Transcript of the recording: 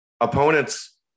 Opponents